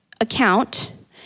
account